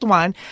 one